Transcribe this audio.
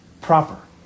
proper